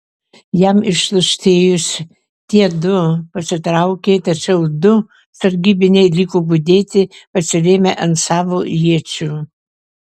jam ištuštėjus tie du pasitraukė tačiau du sargybiniai liko budėti pasirėmę ant savo iečių